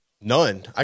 None